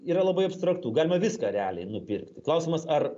yra labai abstraktu galima viską realiai nupirkti klausimas ar